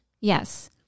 Yes